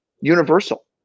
universal